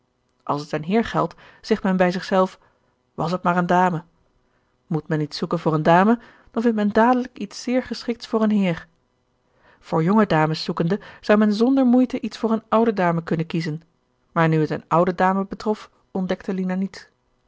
als het een heer geldt zegt men men bij zich zelf was het maar een dame moet men iets zoeken voor eene dame dan vindt men dadelijk iets zeer geschikts voor een heer voor jonge dames zoekende zou men zonder moeite iets voor eene oude dame kunnen kiezen maar nu het eene oude dame betrof ontdekte lina niets